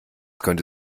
könnte